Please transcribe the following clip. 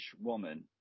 woman